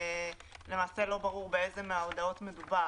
שלא ברור באיזו מן ההודעות מדובר,